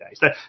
days